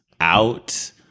out